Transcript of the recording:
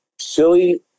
Silly